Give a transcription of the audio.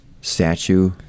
statue